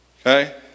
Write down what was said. okay